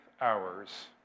hours